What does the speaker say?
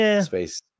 space